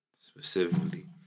specifically